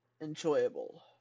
enjoyable